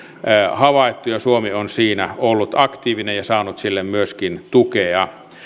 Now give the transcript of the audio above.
havaittu ja suomi on siinä ollut aktiivinen ja saanut sille myöskin tukea